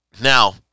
Now